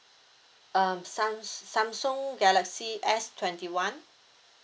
um sam~ samsung galaxy S twenty one